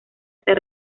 ser